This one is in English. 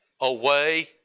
away